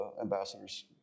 ambassadors